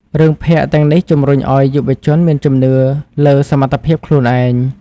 រឿងភាគ ទាំងនេះជំរុញឱ្យយុវជនមានជំនឿលើសមត្ថភាពខ្លួនឯង។